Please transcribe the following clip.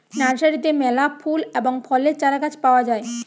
নার্সারিতে মেলা ফুল এবং ফলের চারাগাছ পাওয়া যায়